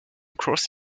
cross